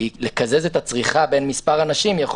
כי לקזז את הצריכה בין כמה אנשים יכול